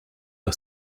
are